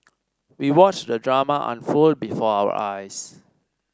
we watched the drama unfold before our eyes